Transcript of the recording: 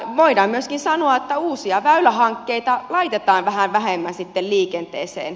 voidaan myöskin sanoa että uusia väylähankkeita laitetaan vähän vähemmän sitten liikenteeseen